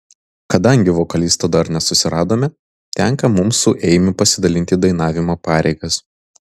kadangi vokalisto dar nesusiradome tenka mums su eimiu pasidalinti dainavimo pareigas